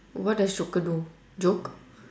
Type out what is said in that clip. what does joker do joke